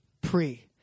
Pre